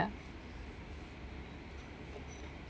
ya